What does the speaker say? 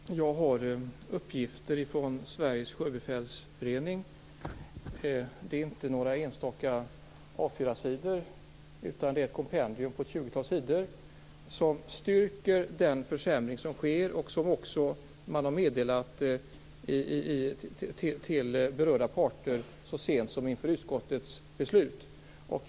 Herr talman! Jag har uppgifter från Sveriges sjöbefälsförening. Det är inte några enstaka A 4-sidor utan ett kompendium på ett tjugotal sidor som styrker den försämring som sker och som man också meddelat till berörda parter så sent som inför utskottets avgörande.